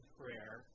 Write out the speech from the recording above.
prayer